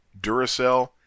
Duracell